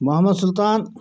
Mohammad Sultan